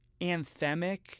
anthemic